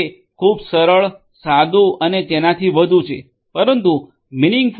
ખૂબ સરળ સાદું અને તેનાથી વધુ છે પરંતુ મીનિંગફુલ એસ